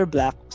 Black